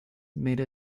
made